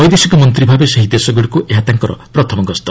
ବୈଦେଶିକ ମନ୍ତ୍ରୀ ଭାବେ ସେହି ଦେଶଗୁଡ଼ିକୁ ଏହା ତାଙ୍କର ପ୍ରଥମ ଗସ୍ତ